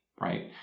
right